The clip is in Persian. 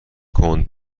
کند